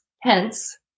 hence